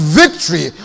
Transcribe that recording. victory